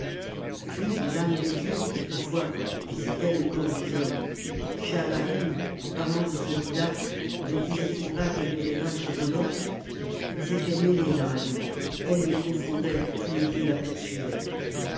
puis l'âme des dieux quelquefois visitait le corps des hommes schahabarim en parlant de celui-là ne disait il pas qu'elle devait vaincre moloch ils étaient mêlés l'un à l'autre elle les confondait tous les deux la poursuivaient